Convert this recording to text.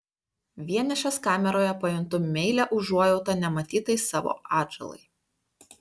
vienišas kameroje pajuntu meilią užuojautą nematytai savo atžalai